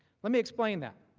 let me explain that